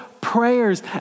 prayers